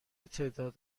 تعداد